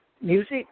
music